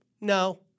No